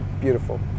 beautiful